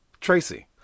Tracy